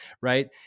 right